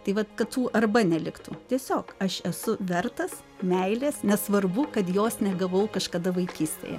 tai vat kad tų arba neliktų tiesiog aš esu vertas meilės nesvarbu kad jos negavau kažkada vaikystėje